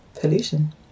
pollution